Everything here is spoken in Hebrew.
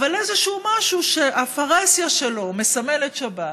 אבל איזשהו משהו שהפרהסיה שלו מסמלת שבת,